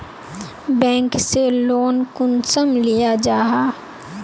Bank से loan कुंसम लिया जाहा?